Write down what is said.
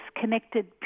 connected